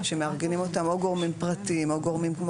שמארגנים אותן גורמים פרטיים או גורמים כמו